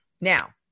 now